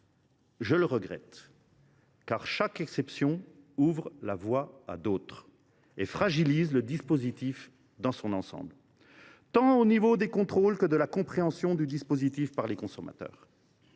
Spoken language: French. Je le regrette, car chaque exception ouvre la voie à d’autres et fragilise le texte dans son ensemble, les contrôles comme la compréhension du dispositif par les consommateurs.